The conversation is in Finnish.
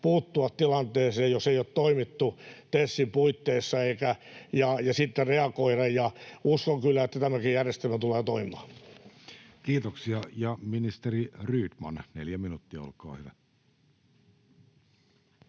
puuttua tilanteeseen, jos ei ole toimittu TESin puitteissa, ja sitten reagoida. Uskon kyllä, että tämäkin järjestelmä tulee toimimaan. Kiitoksia. — Ja ministeri Rydman, neljä minuuttia, olkaa hyvä.